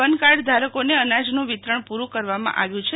one card ધારકોને અનાજનું વિતરણ પુરૂં કરવામાં આવ્યું છે